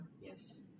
Yes